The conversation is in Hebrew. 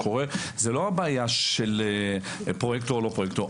זאת לא הבעיה של פרויקטור או לא פרויקטור,